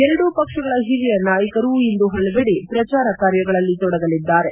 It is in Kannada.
ಎರಡೂ ಪಕ್ಷಗಳ ಹಿರಿಯ ನಾಯಕರು ಇಂದು ಪಲವೆಡೆ ಪ್ರಚಾರ ಕಾರ್ಯಗಳಲ್ಲಿ ತೊಡಗಲಿದ್ದಾರೆ